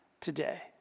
today